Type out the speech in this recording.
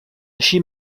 així